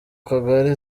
kagari